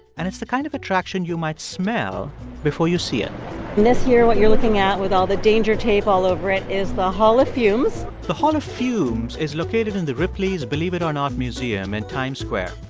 and it's the kind of attraction you might smell before you see it this year, what you're looking at with all the danger tape all over it is the hall of fumes the hall of fumes is located in the ripley's believe it or not museum in and times square.